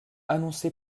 annoncé